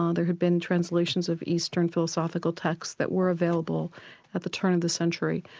um there had been translations of eastern philosophical texts that were available at the turn of the century.